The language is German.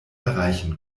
erreichen